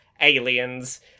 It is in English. aliens